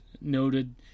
noted